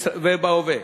ובהווה.